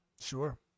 Sure